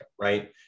right